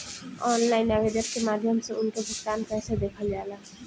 Online आवेदन के माध्यम से उनके भुगतान कैसे देखल जाला?